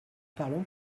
parlons